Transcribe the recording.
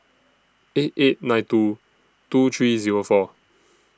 eight eight nine two two three Zero four